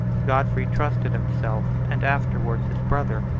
godfrey trusted himself, and afterwards his brother,